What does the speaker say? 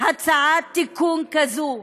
הצעת תיקון כזו,